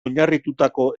oinarritutako